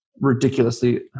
ridiculously